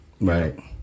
Right